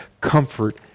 comfort